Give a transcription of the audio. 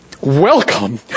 Welcome